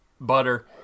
butter